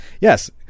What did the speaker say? Yes